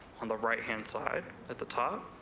on the right hand side at the top.